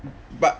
but